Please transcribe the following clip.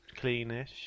clean-ish